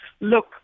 look